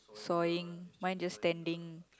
sawing mine just standing